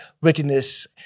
wickedness